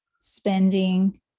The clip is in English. spending